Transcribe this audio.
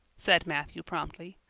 said matthew promptly.